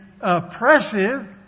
oppressive